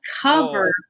cover